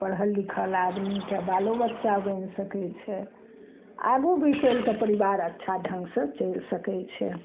पढ़ल लिखल आदमीके बालो बच्चा बनि सकय छै आगू भी चलिके परिवार अच्छा ढङ्गसँ चलि सकय छै